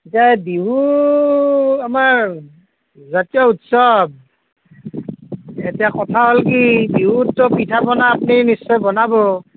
এতিয়া বিহু আমাৰ জাতীয় উৎসৱ এতিয়া কথা হ'ল কি বিহুতটো পিঠা পনা আপুনি নিশ্চয় বনাব